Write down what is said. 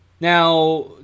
now